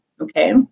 Okay